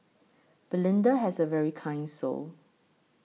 Belinda has a very kind soul